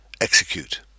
Execute